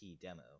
demo